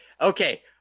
Okay